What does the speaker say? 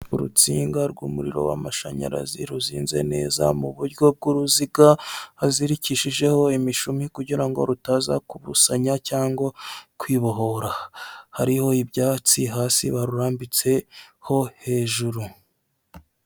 urunsinga rw'umuriro wa mashanyarazi ruzinze neza muburyo bw'uruziga hazirikishijeho imishumi kugira ngo rutaza kubusanya cyangwa kwibohora hariho ibyatsi hasi barurambitseho hejuru.